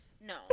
no